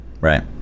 right